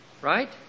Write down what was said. Right